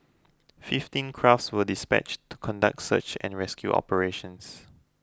fifteen crafts were dispatched to conduct search and rescue operations